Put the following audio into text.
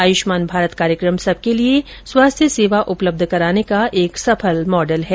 आयुष्मान भारत कार्यक्रम सबके लिये स्वास्थ्य सेवा उपलब्ध कराने का एक सफल मॉडल है